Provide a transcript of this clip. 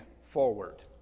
forward